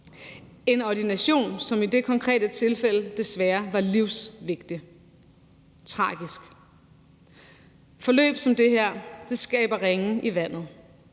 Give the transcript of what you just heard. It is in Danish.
en ordination, som i det konkrete tilfælde desværre var livsvigtig. Det var tragisk. Forløb som det her skaber ringe i vandet.